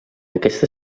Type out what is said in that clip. aquest